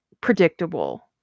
predictable